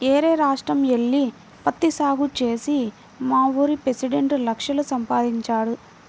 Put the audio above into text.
యేరే రాష్ట్రం యెల్లి పత్తి సాగు చేసి మావూరి పెసిడెంట్ లక్షలు సంపాదించాడు